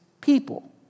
people